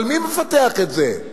אבל מי מפתח את זה,